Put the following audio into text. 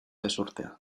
ezurtea